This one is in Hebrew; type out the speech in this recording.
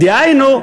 דהיינו,